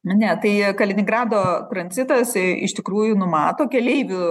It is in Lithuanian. ne tai kaliningrado tranzitas iš tikrųjų numato keleivių